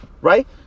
right